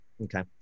okay